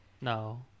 No